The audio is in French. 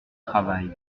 travail